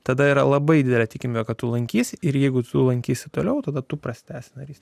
tada yra labai didelė tikimybė kad tu lankys ir jeigu tu lankysi toliau tada tu prasitęsi narys